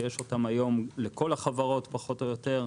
שיש אותן היום לכל החברות פחות או יותר.